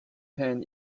hand